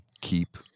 Keep